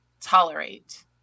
tolerate